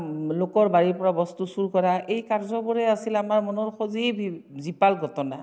লোকৰ বাৰীৰ পৰা বস্তু চুৰ কৰা এই কাৰ্যবোৰেই আছিল আমাৰ মনৰ সজীৱ জীপাল ঘটনা